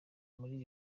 muri